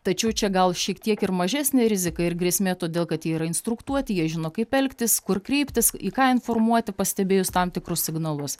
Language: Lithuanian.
tačiau čia gal šiek tiek ir mažesnė rizika ir grėsmė todėl kad jie yra instruktuoti jie žino kaip elgtis kur kreiptis į ką informuoti pastebėjus tam tikrus signalus